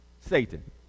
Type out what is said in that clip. Satan